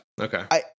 okay